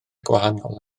gwahanol